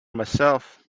myself